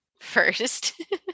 first